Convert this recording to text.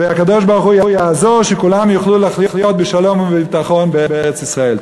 והקדוש-ברוך-הוא יעזור שכולם יוכלו לחיות בשלום ובביטחון בארץ-ישראל.